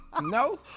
No